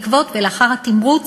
בעקבות ולאחר התמרוץ,